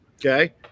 Okay